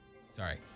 Sorry